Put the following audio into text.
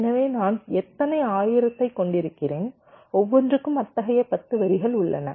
எனவே நான் எத்தனை 1000 ஐக் கொண்டிருக்கிறேன் ஒவ்வொன்றும் அத்தகைய 10 வரிகள் உள்ளன